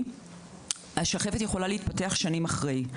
השחפת יכול להתפתח שנים אחרי.